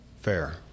Fair